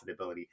profitability